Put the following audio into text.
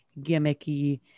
gimmicky